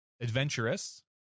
adventurous